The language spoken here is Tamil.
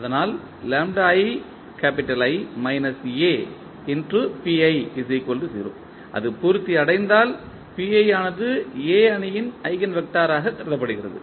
அதனால் அது பூர்த்தி அடைந்தால் ஆனது A அணியின் ஈஜென்வெக்டராக கருதப்படுகிறது